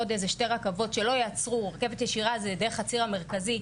עוד כשתי רכבות: רכבת ישירה דרך הציר המרכזי,